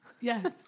yes